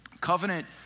covenant